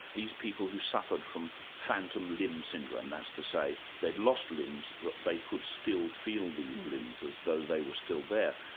these people suffered from phantom limb syndrome, that's to say they'd lost limbs, but they could still feel these limbs, as though they were still there.